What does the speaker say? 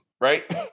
right